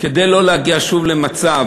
כדי לא להגיע שוב למצב